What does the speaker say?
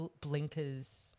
blinkers